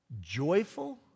Joyful